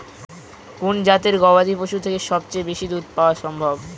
কোন জাতের গবাদী পশু থেকে সবচেয়ে বেশি দুধ পাওয়া সম্ভব?